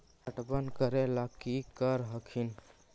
पटबन करे ला की कर हखिन?